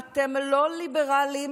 אתם לא ליברלים,